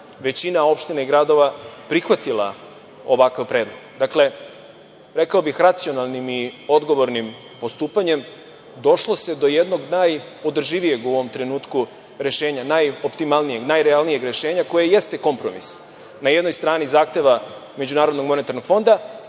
većina opština i gradova prihvatila ovakav predlog. Dakle, rekao bih racionalnim i odgovornim postupanjem došlo se do jednog najodrživijeg u ovom trenutku ovog rešenja najoptimalnijeg, najrealnijeg rešenja koje jeste kompromis. Na jednoj stani zahteva MMF, na drugoj strani onoga